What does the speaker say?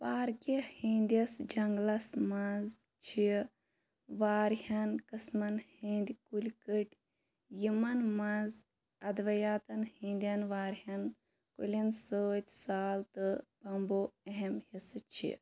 پاركہِ ہٕنٛدِس جنگلس منز چھِ وارِیاہن قٕسمن ہٕنٛدۍ كُلۍ كٔٹۍ یمن منٛز ادوِیاتن ہٕنٛدِٮ۪ن واریہن كُلٮ۪ن سٕتی سال تہٕ بمبو اہم حِصہٕ چھِ